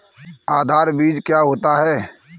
आधार बीज क्या होता है?